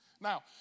Now